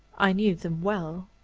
i knew them well.